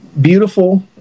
beautiful